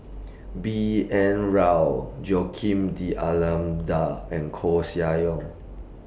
B N Rao Joaquim D'almeida and Koeh Sia Yong